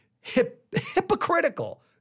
hypocritical